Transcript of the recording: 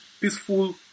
peaceful